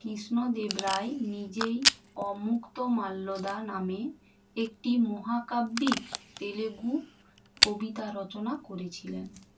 কৃষ্ণদেব রায় নিজেই অমুক্তমাল্যদা নামে একটি মহাকাব্যিক তেলেগু কবিতা রচনা করেছিলেন